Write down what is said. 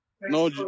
No